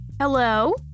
Hello